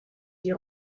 die